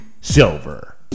silver